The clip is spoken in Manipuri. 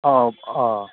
ꯑꯥ ꯑꯥ